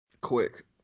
Quick